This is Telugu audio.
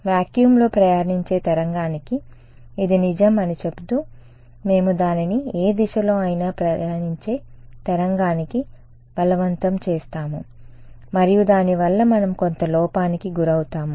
వాక్యూమ్ లో ప్రయాణించే తరంగానికి ఇది నిజం అని చెబుతూ మేము దానిని ఏ దిశలో అయినా ప్రయాణించే తరంగానికి బలవంతం చేస్తాము మరియు దాని వల్ల మనం కొంత లోపానికి గురవుతాము